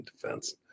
defense